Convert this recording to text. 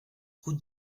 route